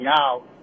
out